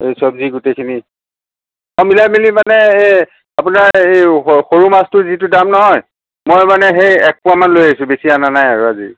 চব্জি গোটেইখিনি অ' মিলাই মেলি মানে এই আপোনাৰ এই সৰু মাছটো যিটো দাম নহয় মই মানে সেই এক পোৱা মান লৈ আহিছোঁ বেছি আনা নাই আৰু আজি